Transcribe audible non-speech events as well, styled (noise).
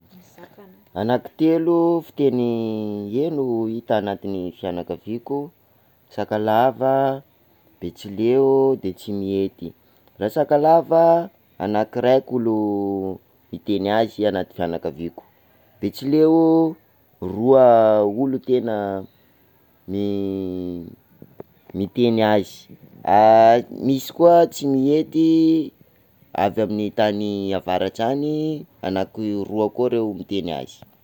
Anakitelo fiteny heno, hita anatin'ny fianakaviako, Sakalava, Betsileo de Tsimihety, raha Sakalava anakiraiky olo miteny azy anaty fianakaviako, Betsileo, roa olo tena mi- (hesitation) miteny azy, (hesitation) misy koa Tsimihety avy amin'ny tany avaratrany, (hesitation) roa koa reo no miteny azy.